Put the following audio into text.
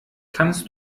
kannst